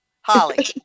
Holly